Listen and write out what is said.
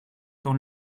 dans